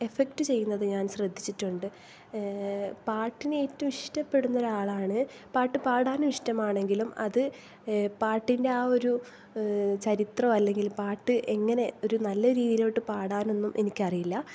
effect ചെയ്യുന്നത് ഞാൻ ശ്രദ്ധിച്ചിട്ടുണ്ട് പാട്ടിനെ ഏറ്റവും ഇഷ്ട്ടപ്പെടുന്ന ഒരാളാണ് പാട്ട് പാടാനും ഇഷ്ടമാണെങ്കിലും അത് പാട്ടിൻ്റെ ആ ഒരു ചരിത്രം അല്ലെങ്കിൽ പാട്ട് എങ്ങനെ ഒരു നല്ല രീതിയിലോട്ട് പാടാനൊന്നും എനിക്കറിയില്ല